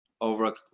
over